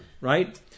Right